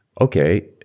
okay